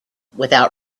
without